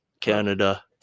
Canada